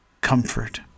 comfort